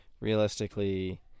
realistically